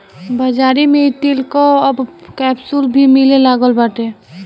बाज़ारी में इ तेल कअ अब कैप्सूल भी मिले लागल बाटे